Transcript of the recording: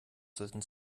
sollten